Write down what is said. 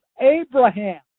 Abraham